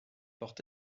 portent